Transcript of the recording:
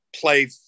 play